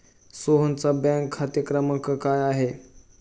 सोहनचा बँक खाते क्रमांक काय आहे?